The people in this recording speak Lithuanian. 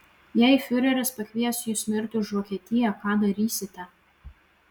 jei fiureris pakvies jus mirti už vokietiją ką darysite